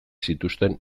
zituzten